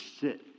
sit